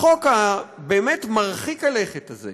החוק באמת מרחיק הלכת הזה,